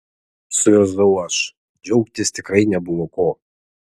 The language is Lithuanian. suirzau aš džiaugtis tikrai nebuvo ko